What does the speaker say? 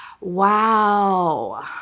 wow